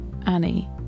Annie